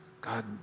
God